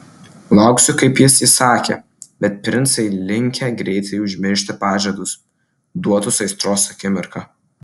lauksiu kaip jis įsakė bet princai linkę greitai užmiršti pažadus duotus aistros akimirką